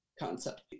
Concept